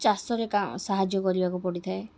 ଚାଷରେ କା ସାହାଯ୍ୟ କରିବାକୁ ପଡ଼ିଥାଏ